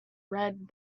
read